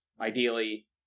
ideally